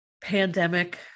pandemic